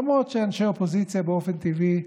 למרות שאנשי האופוזיציה באופן טבעי,